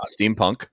steampunk